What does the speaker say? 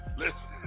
listen